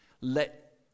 let